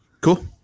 cool